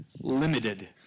limited